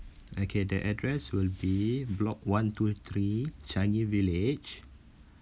okay the address would be block one two three Changi village